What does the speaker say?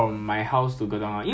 bad days 的话就 forty plus